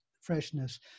freshness